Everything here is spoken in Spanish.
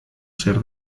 ser